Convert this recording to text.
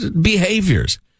behaviors